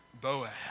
Boaz